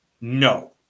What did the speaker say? no